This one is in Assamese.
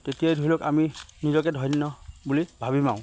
তেতিয়াই ধৰি লওক আমি নিজকে ধন্য বুলি ভাবিম আও